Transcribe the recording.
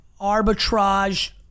arbitrage